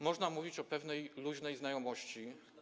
Można mówić o pewnej luźnej znajomości.